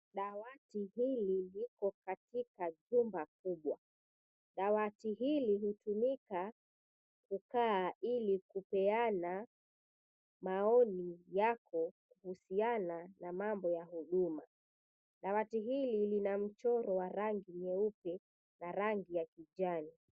Dawati hili liko katika jumba kubwa. Dawati hili hutumika kukaa ili kupeana maoni yako kuhusiana na mambo ya huduma. Dawati hili lina mchoro wa rangi nyeupe na rangi ya kijani.